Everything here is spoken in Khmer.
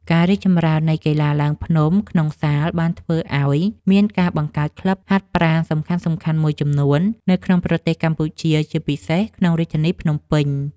ការរីកចម្រើននៃកីឡាឡើងភ្នំក្នុងសាលបានធ្វើឱ្យមានការបង្កើតក្លឹបហាត់ប្រាណសំខាន់ៗមួយចំនួននៅក្នុងប្រទេសកម្ពុជា ជាពិសេសក្នុងរាជធានីភ្នំពេញ។